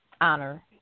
honor